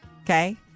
Okay